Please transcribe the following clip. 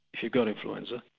you've got influenza,